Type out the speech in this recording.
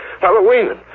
Halloween